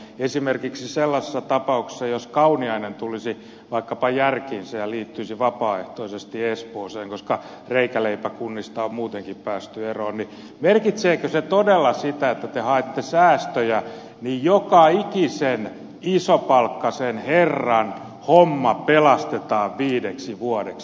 esimerkiksi sellaisessa tapauksessa jos kauniainen tulisi vaikkapa järkiinsä ja liittyisi vapaaehtoisesti espooseen koska reikäleipäkunnista on muutenkin päästy eroon merkitseekö se todella sitä kun te haette säästöjä että joka ikisen isopalkkaisen herran homma pelastetaan viideksi vuodeksi